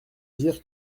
dire